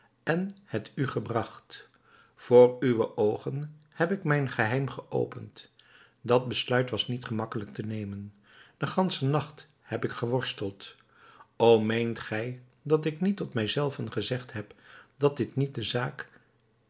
en het u gebracht voor uwe oogen heb ik mijn geheim geopend dat besluit was niet gemakkelijk te nemen den ganschen nacht heb ik geworsteld o meent gij dat ik niet tot mij zelven gezegd heb dat dit niet de zaak